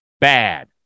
bad